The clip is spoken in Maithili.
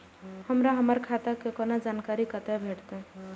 हमरा हमर खाता के कोनो जानकारी कते भेटतै